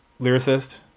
lyricist